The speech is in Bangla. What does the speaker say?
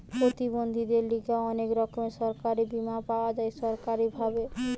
প্রতিবন্ধীদের লিগে অনেক রকমের সরকারি বীমা পাওয়া যায় সরকারি ভাবে